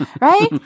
right